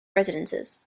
residences